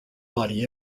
body